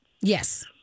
Yes